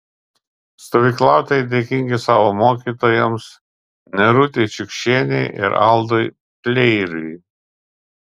stovyklautojai dėkingi savo mokytojams nerutei čiukšienei ir aldui pleiriui